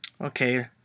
Okay